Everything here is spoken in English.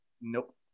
Nope